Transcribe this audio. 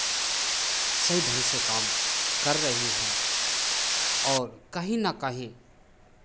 सही ढंग से काम कर रही है और कहीं ना कहीं